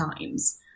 times